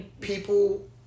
people